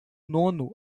nono